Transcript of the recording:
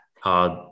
hard